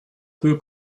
peu